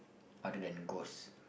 other than ghost